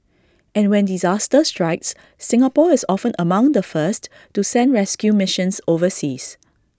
and when disaster strikes Singapore is often among the first to send rescue missions overseas